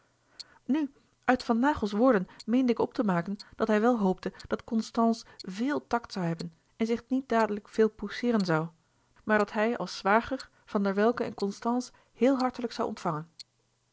nu uit van naghels woorden meende ik op te maken dat hij wel hoopte dat constance véel tact zoû hebben en zich niet dadelijk veel pousseeren zoû maar dat hij als zwager van der welcke en constance heel hartelijk zoû ontvangen